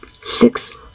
six